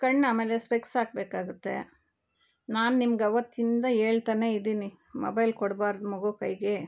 ಕಣ್ಣು ಆಮೇಲೆ ಸ್ಪೆಕ್ಸ್ ಹಾಕಬೇಕಾಗುತ್ತೆ ನಾನು ನಿಮ್ಗೆ ಅವತ್ತಿಂದ ಹೇಳ್ತಾನೆ ಇದೀನಿ ಮೊಬೈಲ್ ಕೊಡ್ಬಾರ್ದು ಮಗು ಕೈಗೆ